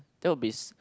not be